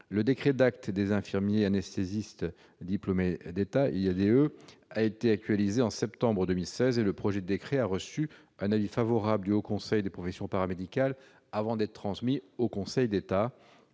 de décret relatif aux infirmiers anesthésistes diplômés d'État, les IADE, a été présenté en septembre 2016 ; il a reçu un avis favorable du Haut Conseil des professions paramédicales avant d'être transmis au Conseil d'État.